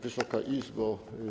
Wysoka Izbo!